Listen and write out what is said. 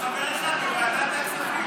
חבר אחד בוועדת הכספים,